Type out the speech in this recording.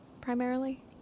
primarily